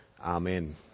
Amen